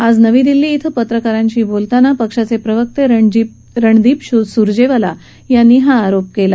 आज नवी दिल्ली श्वें पत्रकारांशी बोलताना पक्षाचे प्रवक्ते रणदीप सुरजेवाला यांनी हा आरोप केला